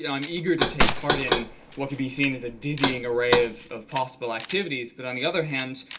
yeah i'm eager to take part in what could be seen as a dizzying array of of possible activities, but on the other hand,